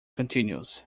continues